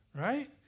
right